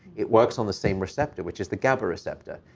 it works on the same receptor, which is the gaba receptor.